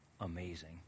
Amazing